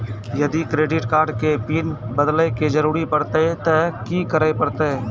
यदि credit card के PIN बदले के जरूरी परतै ते की करे परतै?